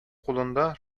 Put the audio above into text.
кулында